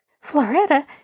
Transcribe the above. Floretta